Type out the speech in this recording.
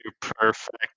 perfect